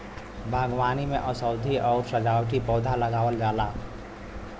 बागवानी में औषधीय आउर सजावटी पौधा लगावल जाला